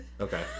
Okay